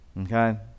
Okay